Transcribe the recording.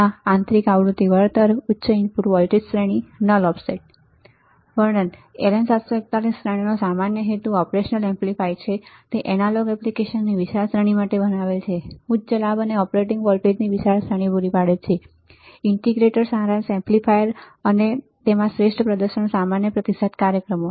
આંતરિક આવૃતિ વળતર • ઉચ્ચ ઇનપુટ વોલ્ટેજ શ્રેણી નલ ઓફસેટ વર્ણન LM741 શ્રેણીનો સામાન્ય હેતુ ઓપરેશનલ એમ્પ્લીફાઇ છે તે એનાલોગ એપ્લિકેશન્સની વિશાળ શ્રેણી માટે બનાવાયેલ છે ઉચ્ચ લાભ અને ઓપરેટિંગ વોલ્ટેજની વિશાળ શ્રેણી પૂરી પાડે છે ઇન્ટિગ્રેટર સારાંશ એમ્પ્લીફાયર અને માં શ્રેષ્ઠ પ્રદર્શન સામાન્ય પ્રતિસાદ કાર્યક્રમો